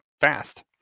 fast